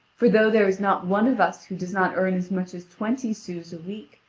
for though there is not one of us who does not earn as much as twenty sous a week,